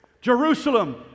Jerusalem